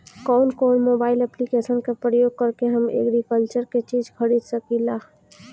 कउन कउन mobile application का प्रयोग करके हम एग्रीकल्चर के चिज खरीद सकिला?